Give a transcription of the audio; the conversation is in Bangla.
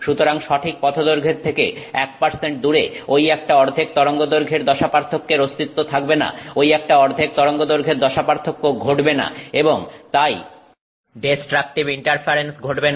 সুতরাং সঠিক পথদৈর্ঘ্যের থেকে 1 দূরে ঐ একটা অর্ধেক তরঙ্গদৈর্ঘ্যর দশাপার্থক্যের অস্তিত্ব থাকবে না ঐ একটা অর্ধেক তরঙ্গদৈর্ঘ্যর দশাপার্থক্য ঘটবে না এবং তাই ডেস্ট্রাকটিভ ইন্টারফারেন্স ঘটবে না